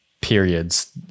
periods